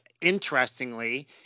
interestingly